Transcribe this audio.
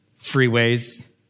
freeways